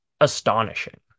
astonishing